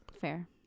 Fair